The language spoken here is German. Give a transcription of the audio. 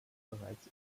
bereits